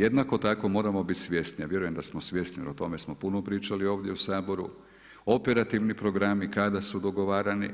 Jednako tako moramo biti svjesni, a vjerujem da smo svjesni jer o tome smo puno pričali ovdje u Saboru operativni programi kada su dogovarani